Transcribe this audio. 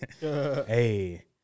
Hey